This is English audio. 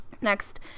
next